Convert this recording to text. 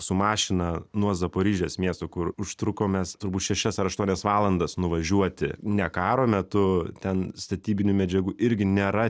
su mašina nuo zaporižės miesto kur užtrukom mes turbūt šešias ar aštuonias valandas nuvažiuoti ne karo metu ten statybinių medžiagų irgi nėra